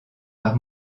par